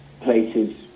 places